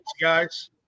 guys